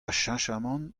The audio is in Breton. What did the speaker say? cheñchamant